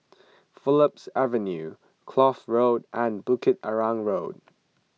Phillips Avenue Kloof Road and Bukit Arang Road